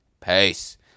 Peace